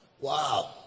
Wow